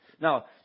Now